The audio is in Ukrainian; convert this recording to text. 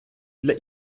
для